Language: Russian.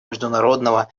международного